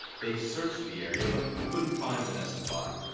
they searched the area, but couldn't find vanessa's body.